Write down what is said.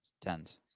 tens